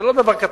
זה לא דבר קטן.